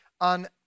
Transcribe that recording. on